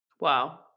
wow